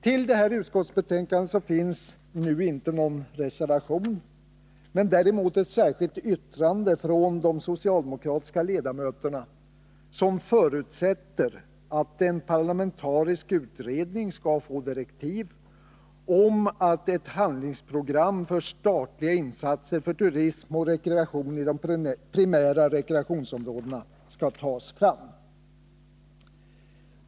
Till utskottsbetänkandet finns inte någon reservation men däremot ett särskilt yttrande från de socialdemokratiska ledamöterna, som förutsätter att en parlamentarisk utredning skall få direktiv om att ett handlingsprogram för statliga insatser för turism och rekreation i de primära rekreationsområdena skall tas fram.